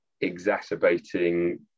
exacerbating